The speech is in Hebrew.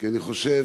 שאני חושב